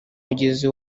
mugezi